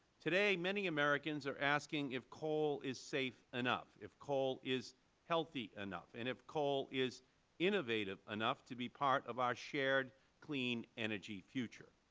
today many americans are asking if coal is safe enough, if coal is healthy enough, and if coal is innovative enough to be part of our shared clean energy future.